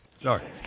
Sorry